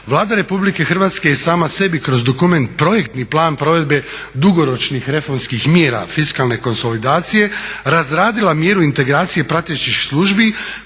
Vlada Republike Hrvatske je sama sebi kroz dokument projektni plan provedbe dugoročnih reformskih mjera fiskalne konsolidacije razradila mjeru integracije pratećih službi